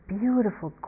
beautiful